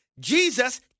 Jesus